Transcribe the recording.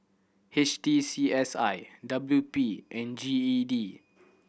H T C S I W P and G E D